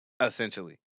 essentially